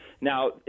Now